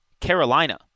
Carolina